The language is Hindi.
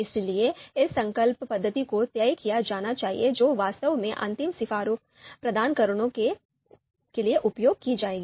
इसलिए इस संकल्प पद्धति को तय किया जाना चाहिए जो वास्तव में अंतिम सिफारिश प्रदान करने के लिए उपयोग की जाएगी